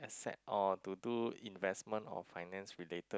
set or to do investment or finance related